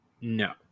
no